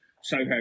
Soho